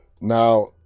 now